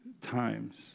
times